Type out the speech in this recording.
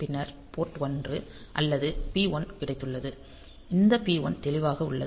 பின்னர் போர்ட் 1 அல்லது பி 1 கிடைத்துள்ளது இந்த பி 1 தெளிவாக உள்ளது